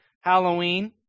Halloween